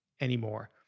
anymore